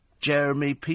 Jeremy